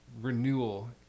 renewal